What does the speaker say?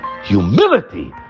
humility